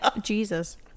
jesus